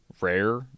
rare